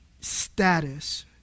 status